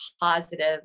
positive